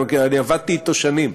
אני עבדתי אתו שנים,